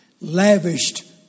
Lavished